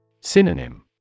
Synonym